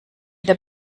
der